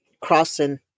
crossing